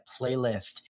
playlist